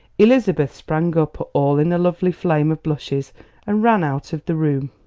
elizabeth sprang up all in a lovely flame of blushes and ran out of the room.